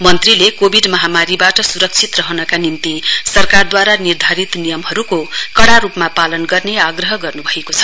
मन्त्रीले कोविड महामारीबाट स्रक्षित रहनका निम्ति सरकारद्वारा निर्धारित नियमहरूको कडा रूपमा पालन गर्ने आग्रह गर्न्भएको छ